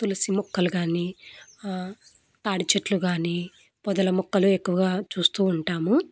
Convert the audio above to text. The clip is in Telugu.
తులసి మొక్కలు కానీ తాడి చెట్లు కానీ పొదల మొక్కలు ఎక్కువగా చూస్తూ ఉంటాము